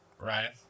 Ryan